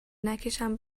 نکشن